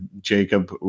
Jacob